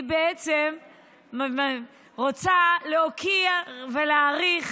היא בעצם רוצה להוקיר ולהעריך